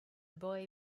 boy